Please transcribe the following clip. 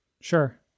sure